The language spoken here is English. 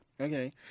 Okay